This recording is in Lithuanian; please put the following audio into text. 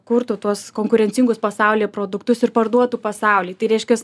kurtų tuos konkurencingus pasaulyje produktus ir parduotų pasaulį tai reiškias